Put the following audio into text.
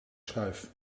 schuif